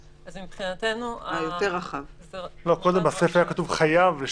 קודם בסיפה היה כתוב "חייב להשתתף"